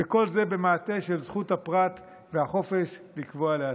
וכל זה במעטה של זכות הפרט והחופש לקבוע לעצמו,